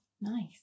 Nice